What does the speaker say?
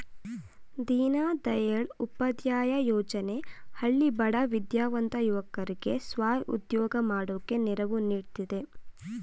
ದೀನದಯಾಳ್ ಉಪಾಧ್ಯಾಯ ಯೋಜನೆ ಹಳ್ಳಿ ಬಡ ವಿದ್ಯಾವಂತ ಯುವಕರ್ಗೆ ಸ್ವ ಉದ್ಯೋಗ ಮಾಡೋಕೆ ನೆರವು ನೀಡ್ತಿದೆ